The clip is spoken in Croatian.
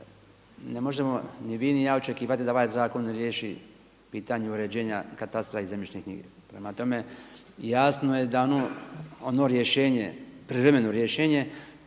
Ne možemo ni vi ni ja očekivati da ovaj zakon riješi pitanje uređenja katastra i zemljišne knjige. Prema tome, jasno je da ono rješenje, privremeno rješenje